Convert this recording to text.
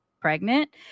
pregnant